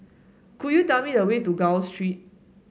could you tell me the way to Gul Street